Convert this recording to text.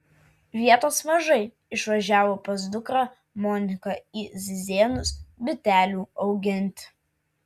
vietos mažai išvažiavo pas dukrą moniką į zizėnus bitelių auginti